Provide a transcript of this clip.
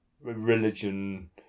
religion